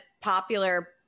popular